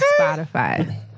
Spotify